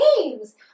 names